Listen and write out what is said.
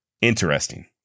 Interesting